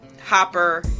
hopper